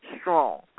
strong